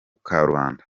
karubanda